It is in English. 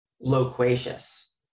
loquacious